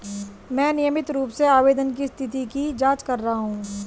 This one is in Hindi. मैं नियमित रूप से आवेदन की स्थिति की जाँच कर रहा हूँ